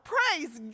Praise